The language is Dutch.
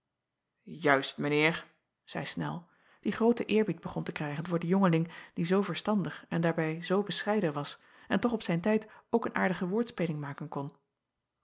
mijn eer zeî nel die grooten eerbied begon te krijgen voor den jongeling die zoo verstandig en daarbij zoo bescheiden was en toch op zijn tijd ook een aardige woordspeling maken kon